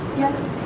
yes.